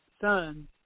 Son